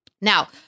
now